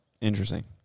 Interesting